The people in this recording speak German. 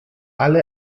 alle